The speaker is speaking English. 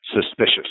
suspicious